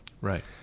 Right